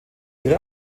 ihre